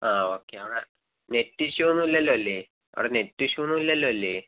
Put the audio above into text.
ആ ഓക്കെ അവ നെറ്റ് ഇഷ്യൂന്നുവില്ലല്ലോല്ലെ അവിടെ നെറ്റ് ഇഷ്യൂ ഒന്നുവില്ലല്ലൊ അല്ലെ